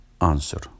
answer